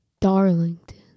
Darlington